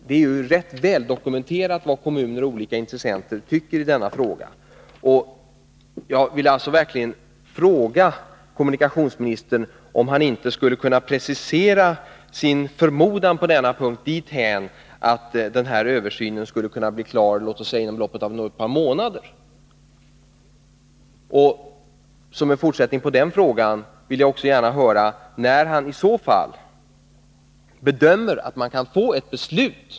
Det är ju rätt väl dokumenterat vad kommuner och olika intressenter tycker i denna fråga. Jag vill alltså verkligen fråga kommunikationsministern om han inte skulle kunna precisera sin förmodan på denna punkt dithän att den här översynen skulle kunna bli klar låt oss säga inom loppet av ett par månader. Och som en fortsättning på den frågan vill jag också gärna höra när kommunikationsministern i så fall bedömer att man kan få ett beslut.